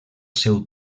seu